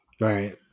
Right